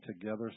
together